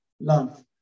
love